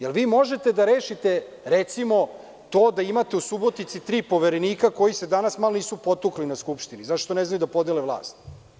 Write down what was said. Da li vi možete da rešite da imate u Subotici tri poverenika koji se danas malo nisu potukli na Skupštini, zato što ne znaju da podele vlast?